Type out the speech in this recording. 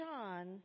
John